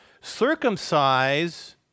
circumcise